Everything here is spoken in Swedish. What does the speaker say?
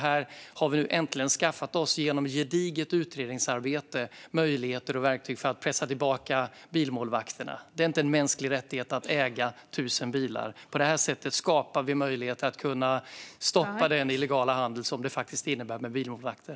Här har vi äntligen skaffat oss med hjälp av gediget utredningsarbete möjlighet och verktyg för att pressa tillbaka bilmålvakterna. Det är inte en mänsklig rättighet att äga tusen bilar. På det här sättet skapar vi möjligheter att stoppa den illegala handel som det innebär med bilmålvakter.